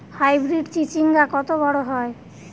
Hybrid চিচিংঙ্গা কত বড় হয়?